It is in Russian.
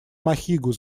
махигу